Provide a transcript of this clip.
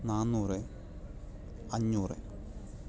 നാന്നൂറ് അഞ്ഞൂറ്